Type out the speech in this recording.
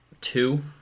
Two